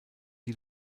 die